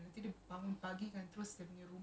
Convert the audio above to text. okay